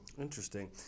Interesting